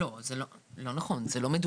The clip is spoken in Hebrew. לא נכון, זה לא מדויק.